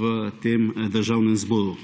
v tem državnem zboru.